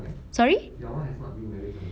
sorry